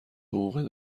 حقوقت